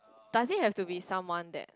does it have to be someone that